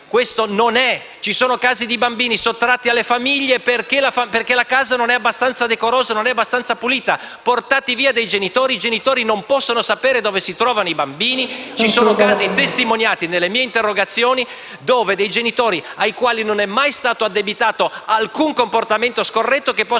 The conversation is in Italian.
così non è. Ci sono casi di bambini sottratti alle famiglie solo perché la casa non era abbastanza decorosa o abbastanza pulita; vengono portati lontano dai genitori e i genitori non possono sapere dove si trovano i loro bambini. Ci sono casi, testimoniati nelle mie interrogazioni, dove dei genitori, ai quali non è mai stato addebitato alcun comportamento scorretto, possono vedere i loro